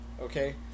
okay